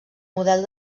model